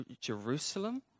Jerusalem